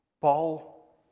Paul